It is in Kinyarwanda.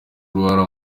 uruhara